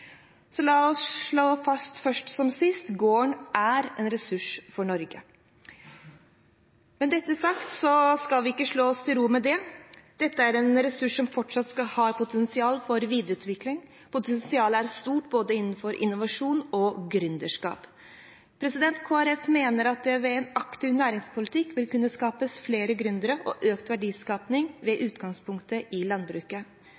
La oss slå det fast først som sist: Gården er en ressurs for Norge. Med dette sagt, skal vi ikke slå oss til ro med det. Dette er en ressurs som fortsatt har potensial for videreutvikling. Potensialet er stort innenfor både innovasjon og gründerskap. Kristelig Folkeparti mener at det ved en aktiv næringspolitikk vil kunne skapes flere gründere og økt verdiskaping med utgangspunkt i landbruket.